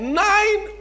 nine